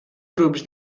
grups